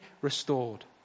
restored